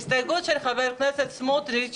ההסתייגות של חבר הכנסת סמוטריץ'